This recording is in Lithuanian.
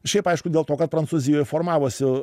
šiaip aišku dėl to kad prancūzijoj formavosi